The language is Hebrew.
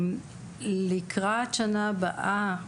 לקראת שנה הבאה,